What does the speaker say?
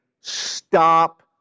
stop